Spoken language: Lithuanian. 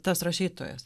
tas rašytojas